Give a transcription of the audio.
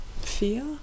fear